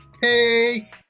Hey